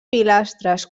pilastres